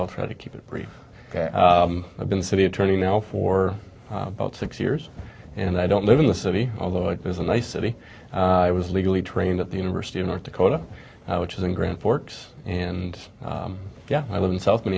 i'll try to keep it brief i've been city attorney now for about six years and i don't live in the city although it was a nice city i was legally trained at the university of north dakota which is in grand forks and i live in south